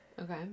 Okay